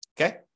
Okay